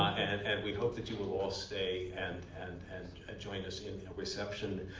and we hope that you will all stay and and ah join us in the reception.